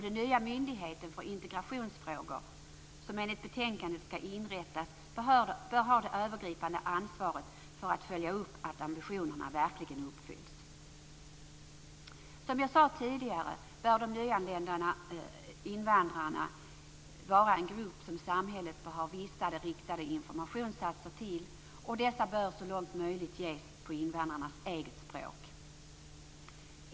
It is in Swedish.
Den nya myndighet för integrationsfrågor som enligt betänkandet skall inrättas bör ha det övergripande ansvaret för att följa upp att ambitionerna verkligen uppfylls. Som jag sade tidigare bör samhället ha vissa riktade informationsinsatser till de nyanlända invandrarna, och denna information bör så långt möjligt ges på invandrarnas eget språk.